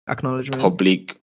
public